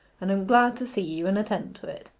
and am glad to see you, and attend to it.